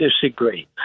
disagree